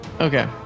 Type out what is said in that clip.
Okay